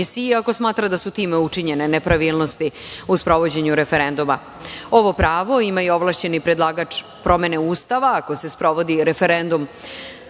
ako smatra da su time učinjene nepravilnosti u sprovođenju referenduma. Ovo pravo ima i ovlašćeni predlagač promene Ustava ako se sprovodi referendum